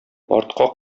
артка